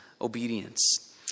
obedience